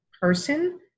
person